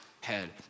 head